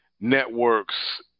networks